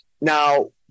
Now